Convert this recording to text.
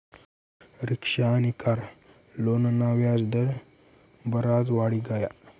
rickshaw आनी car लोनना व्याज दर बराज वाढी गया